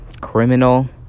criminal